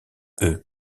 eux